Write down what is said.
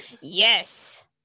Yes